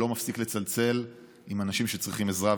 שלא מפסיק לצלצל מאנשים שצריכים עזרה,